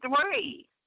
three